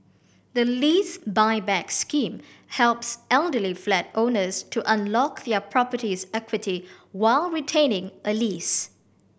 the Lease Buyback Scheme helps elderly flat owners to unlock their property's equity while retaining a lease